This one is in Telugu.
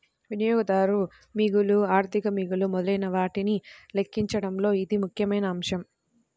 వినియోగదారు మిగులు, ఆర్థిక మిగులు మొదలైనవాటిని లెక్కించడంలో ఇది ముఖ్యమైన అంశం